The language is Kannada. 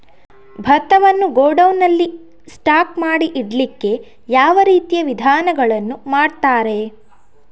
ಭತ್ತವನ್ನು ಗೋಡೌನ್ ನಲ್ಲಿ ಸ್ಟಾಕ್ ಮಾಡಿ ಇಡ್ಲಿಕ್ಕೆ ಯಾವ ರೀತಿಯ ವಿಧಾನಗಳನ್ನು ಮಾಡ್ತಾರೆ?